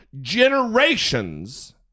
generations